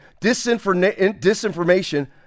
disinformation